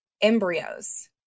embryos